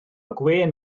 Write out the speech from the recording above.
gwên